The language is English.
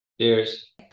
Cheers